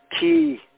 key